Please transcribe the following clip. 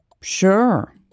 sure